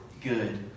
good